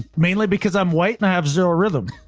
mainly because i'm white and i have zero rhythm.